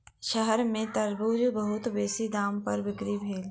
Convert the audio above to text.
शहर में तरबूज बहुत बेसी दाम पर बिक्री भेल